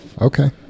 Okay